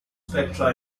spectra